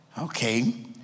okay